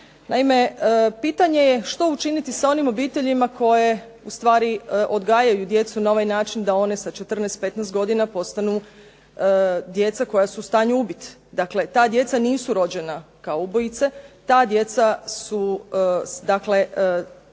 Naime, pitanje je što učiniti sa onim obiteljima koje odgajaju djecu na ovaj način da one sa 14, 15 godina postanu djeca koja su u stanju ubiti. Dakle, ta djeca nisu rođena kao ubojice, ta djeca su dakle